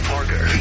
Parker